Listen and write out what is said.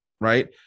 right